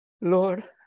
Lord